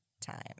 time